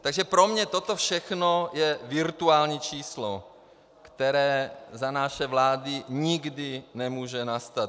Takže pro mě toto všechno je virtuální číslo, které za naší vlády nikdy nemůže nastat.